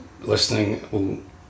listening